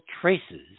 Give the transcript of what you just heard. traces